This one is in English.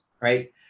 right